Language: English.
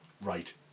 Right